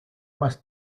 más